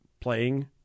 playing